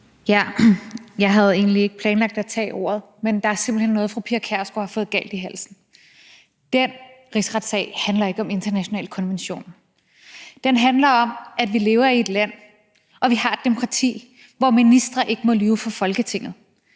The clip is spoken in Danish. Jeg havde egentlig ikke planlagt at tage ordet, men der er simpelt hen noget, fru Pia Kjærsgaard har fået galt i halsen. Den rigsretssag handler ikke om internationale konventioner. Den handler om, at vi lever i et land og har et demokrati, hvor ministre ikke må lyve for Folketinget.